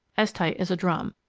as tight as a drum,